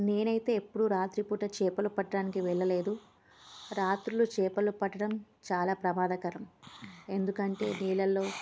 నేనైతే ఎప్పుడూ రాత్రిపూట చేపలు పట్టడానికి వెళ్ళలేదు రాత్రులు చేపలు పట్టడం చాలా ప్రమాదకరం ఎందుకంటే నీళ్ళల్లో